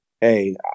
Hey